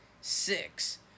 six